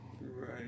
Right